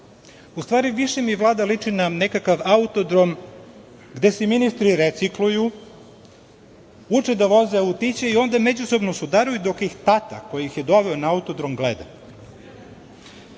u stvari, više mi Vlada liči na nekakav autodrom, gde se ministri recikluju, uče da voze autiće i onda međusobno sudaraju dok ih tata koji ih je doveo na autodrom gleda. Ovde